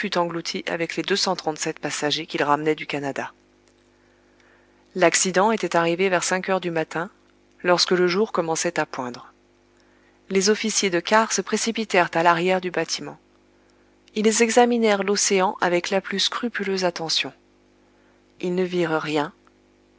englouti avec les deux cent trente-sept passagers qu'il ramenait du canada l'accident était arrivé vers cinq heures du matin lorsque le jour commençait à poindre les officiers de quart se précipitèrent à l'arrière du bâtiment ils examinèrent l'océan avec la plus scrupuleuse attention ils ne virent rien